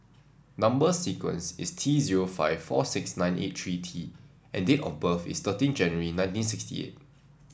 number sequence is T zero five four six nine eight three T and date of birth is thirteen January nineteen sixty eight